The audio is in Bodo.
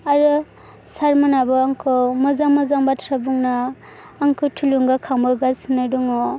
आरो सारमोनाबो आंखौ मोजां मोजां बाथ्रा बुंना आंखौ थुलुंगाखां होगासिनो दङ